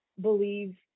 believe